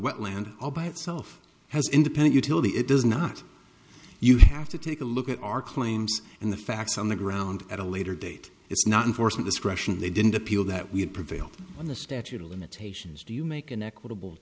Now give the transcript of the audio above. wetland all by itself has independent utility it does not you have to take a look at our claims and the facts on the ground at a later date it's not enforcement discretion they didn't appeal that we had prevailed on the statute of limitations do you make an equitable